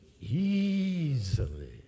easily